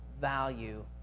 value